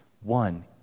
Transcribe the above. One